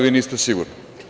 Vi niste sigurno.